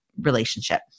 relationship